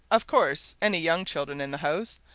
of course any young children in the house?